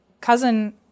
cousin –